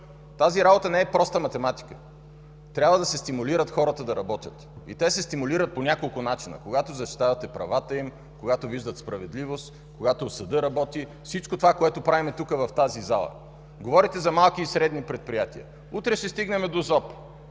Тази работа не е проста математика. Трябва да се стимулират хората да работят. И те се стимулират по няколко начина – когато защитавате правата им, когато виждат справедливост, когато съдът работи – всичко това, което правим тук, в тази зала. Говорите за малки и средни предприятия. Утре ще стигнем до